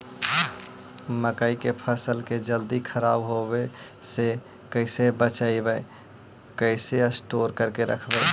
मकइ के फ़सल के जल्दी खराब होबे से कैसे बचइबै कैसे स्टोर करके रखबै?